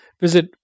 visit